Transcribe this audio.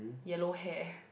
yellow hair